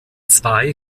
zwei